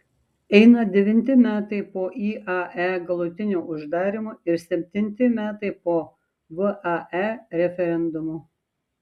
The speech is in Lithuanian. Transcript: eina devinti metai po iae galutinio uždarymo ir septinti metai po vae referendumo